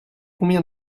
combien